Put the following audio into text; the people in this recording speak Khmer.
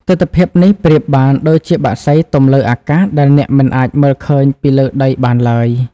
ទិដ្ឋភាពនេះប្រៀបបានដូចជាបក្សីទំលើអាកាស ដែលអ្នកមិនអាចមើលឃើញពីលើដីបានឡើយ។